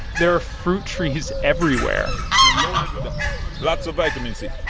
there are fruit trees everywhere they're loaded with um lots of vitamin c.